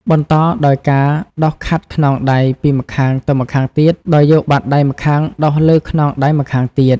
បន្តដោយការដុសខាត់ខ្នងដៃពីម្ខាងទៅម្ខាងទៀត ដោយយកបាតដៃម្ខាងដុសលើខ្នងដៃម្ខាងទៀត។